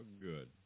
good